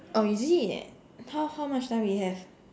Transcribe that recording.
oh is it how how much time we have